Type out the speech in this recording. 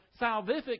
salvific